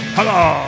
Hello